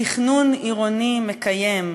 תכנון עירוני מקיים,